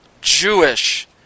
Jewish